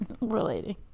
relating